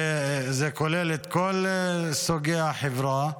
זה כולל את כל סוגי החברה.